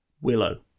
Willow